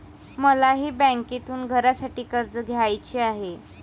मलाही बँकेतून घरासाठी कर्ज घ्यायचे आहे